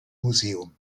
museum